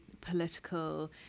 political